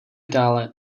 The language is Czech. dále